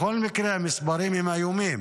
בכל מקרה, המספרים הם איומים.